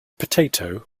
potato